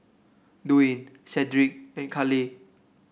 Dwaine Sedrick and Carleigh